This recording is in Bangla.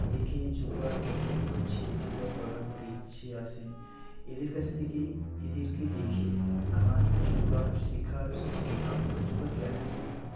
দেখে যোগার প্রতি ইচ্ছে যোগা করার প্রতি ইচ্ছে আসে এদের কাছ থেকে এদেরকে দেখে আমার যোগা শেখার যে ধারণাটা যোগা কেন করবো